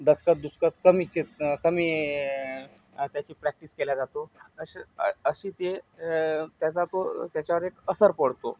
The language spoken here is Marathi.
दचकत दुचकत कमी चिर कमी त्याची प्रॅक्टिस केल्या जातो असं अशी ती त्याचा तो त्याच्यावर एक असर पडतो